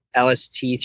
lst